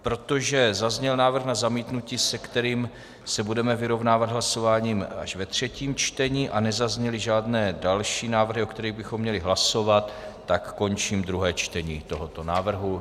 Protože zazněl návrh na zamítnutí, se kterým se budeme vyrovnávat hlasováním až ve třetím čtení, a nezazněly žádné další návrhy, o kterých bychom měli hlasovat, tak končím druhé čtení tohoto návrhu.